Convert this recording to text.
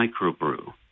microbrew